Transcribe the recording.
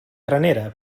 granera